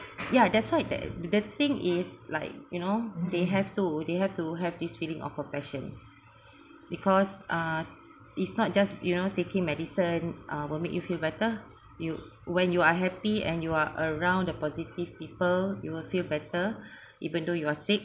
ya that's why that the thing is like you know they have to they have to have this feeling of compassion because uh it's not just you know taking medicine uh will make you feel better you when you are happy and you're around the positive people you will feel better even though you are sick